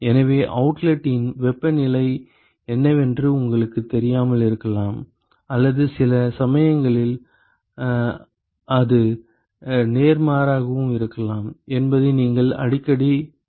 எனவே அவுட்லெட் இன் வெப்பநிலை என்னவென்று உங்களுக்குத் தெரியாமல் இருக்கலாம் அல்லது சில சமயங்களில் அது நேர்மாறாகவும் இருக்கலாம் என்பதை நீங்கள் அடிக்கடி அறிந்திருக்கலாம்